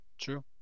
true